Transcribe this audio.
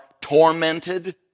tormented